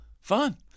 fun